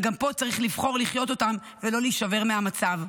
וגם פה צריך לבחור לחיות אותם ולא להישבר מהמצב.